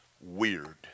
weird